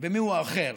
ומיהו האחר.